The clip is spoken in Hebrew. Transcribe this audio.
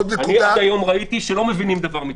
עוד נקודה --- אני רק היום ראיתי שלא מבינים דבר מתוך דבר.